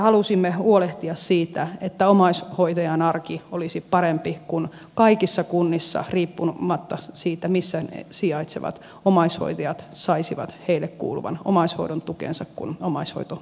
halusimme huolehtia siitä että omaishoitajan arki olisi parempi kun kaikissa kunnissa riippumatta siitä missä ne sijaitsevat omaishoitajat saisivat heille kuuluvan omaishoidon tukensa kun omaishoito siirtyisi kelalle